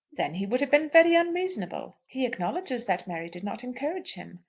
then he would have been very unreasonable. he acknowledges that mary did not encourage him.